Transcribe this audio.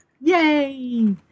yay